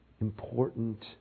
important